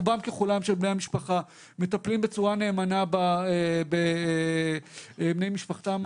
רובם ככולם של בני המשפחה מטפלים בצורה נאמנה בבני משפחתם הזכאים.